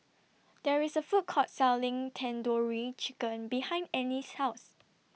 There IS A Food Court Selling Tandoori Chicken behind Annice's House